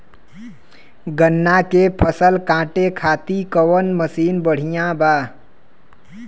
गन्ना के फसल कांटे खाती कवन मसीन बढ़ियां बा?